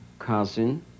cousin